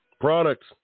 Products